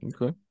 Okay